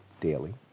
daily